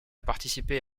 participé